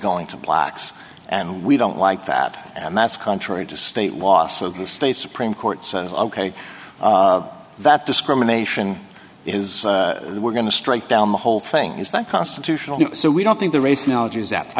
going to blacks and we don't like that and that's contrary to state wasow the state supreme court says ok that discrimination is we're going to strike down the whole thing is that constitutional so we don't think the race analogy is that i